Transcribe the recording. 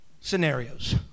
scenarios